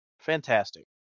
Fantastic